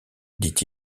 dit